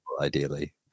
ideally